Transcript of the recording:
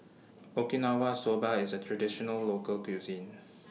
Okinawa Soba IS A Traditional Local Cuisine